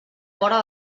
vora